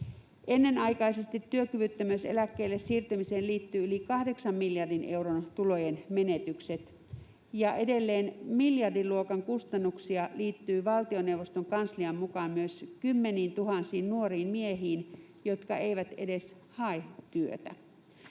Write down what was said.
ennenaikaisesti työkyvyttömyyseläkkeelle siirtymiseen liittyy yli 8 miljardin euron tulojen menetykset, ja edelleen miljardiluokan kustannuksia liittyy valtioneuvoston kanslian mukaan myös kymmeniintuhansiin nuoriin miehiin, jotka eivät edes hae työtä.